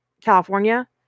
California